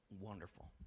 wonderful